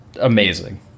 amazing